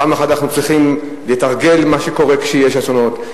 פעם אחת אנחנו צריכים לתרגל מה שקורה כשיש אסונות,